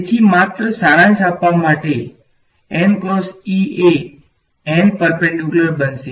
તેથી માત્ર સારાંશ આપવા માટે એ n પર્પેંડીક્યુલર બનશે